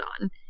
on